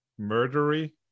murdery